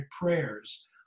prayers